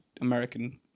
American